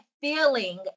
feeling